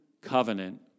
covenant